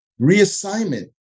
reassignment